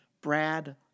Brad